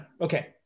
okay